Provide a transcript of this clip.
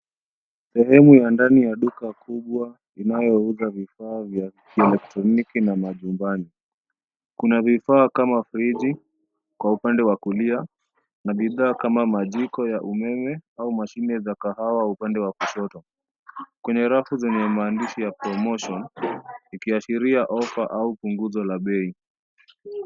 Sehemu ya ndani ya duka kubwa inayouza vifaa vya kielektroniki na majumbani. Kuna vifaa kama friji kwa upande wa kulia na bidhaa kama majiko ya umeme au mashine za kahawa upande wa kushoto, kwenye rafu zenye maandishi ya promotion ikiashiria offer au punguzo la bei.